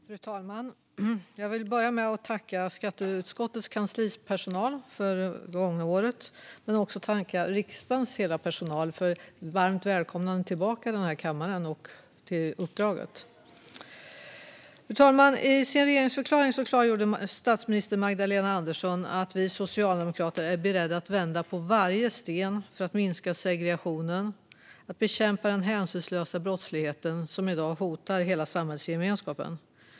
Fru talman! Jag vill börja med att tacka skatteutskottets kanslipersonal för det gångna året. Jag vill också tacka hela riksdagens personal för ett varmt välkomnande tillbaka i kammaren och till uppdraget. Fru talman! I sin regeringsförklaring klargjorde statsminister Magdalena Andersson att vi socialdemokrater är beredda att vända på varje sten för att minska segregationen och bekämpa den hänsynslösa brottslighet som i dag hotar hela samhällsgemenskapen.